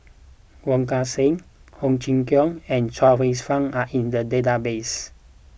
Wong Kan Seng Ho Chee Kong and Chuang Hsueh Fang are in the database